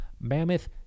Mammoth